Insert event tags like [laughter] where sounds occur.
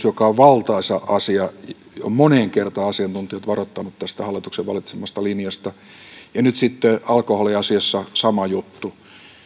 [unintelligible] joka on valtaisa asia ovat moneen kertaan asiantuntijat varoittaneet tästä hallituksen valitsemasta linjasta ja nyt sitten alkoholiasiassa sama juttu